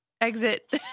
exit